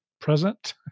Present